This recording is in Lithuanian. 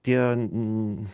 tie n